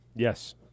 Yes